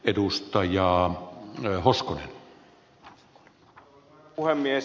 arvoisa herra puhemies